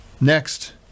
Next